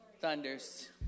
thunders